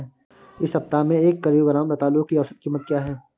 इस सप्ताह में एक किलोग्राम रतालू की औसत कीमत क्या है?